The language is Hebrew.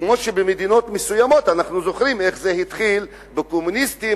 כמו שבמדינות מסוימות אנחנו זוכרים איך זה התחיל בקומוניסטים,